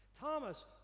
Thomas